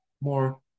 more